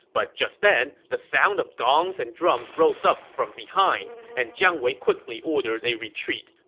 but just then, the sound of gongs and drums rose up from behind, and jiang wei quickly ordered a retreat.